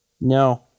No